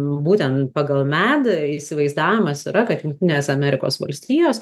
būtent pagal med įsivaizdavimas yra kad jungtinės amerikos valstijos